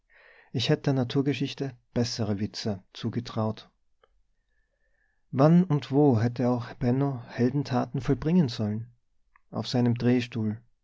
ich hätt der naturgeschichte bessere witze zugetraut wann und wo hätte auch benno heldentaten vollbringen sollen auf seinem drehstuhl